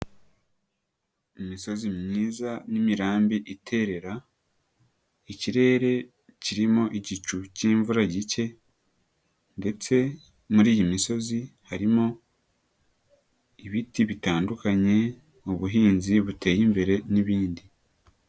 Imisozi myiza n'imirambi iterera, ikirere kirimo igicu k'imvura gike ndetse muri iyi misozi harimo ibiti bitandukanye ubuhinzi buteye imbere n'ibindi.